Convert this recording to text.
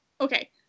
Okay